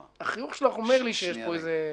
החיוך שלך אומר לי שיש פה איזה משהו.